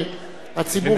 שניהנה עד הסוף.